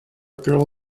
girl